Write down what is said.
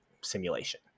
simulation